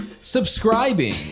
subscribing